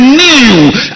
new